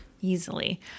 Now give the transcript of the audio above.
Easily